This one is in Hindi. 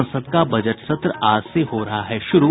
संसद का बजट सत्र आज से हो रहा है शुरू